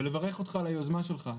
ולברך אותך על היוזמה שלך.